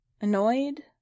Annoyed